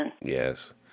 Yes